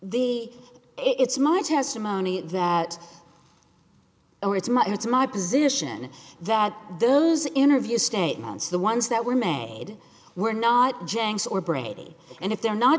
the it's my testimony that it's my it's my position that those interviews statements the ones that were made were not janks or brady and if they're not